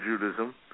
Judaism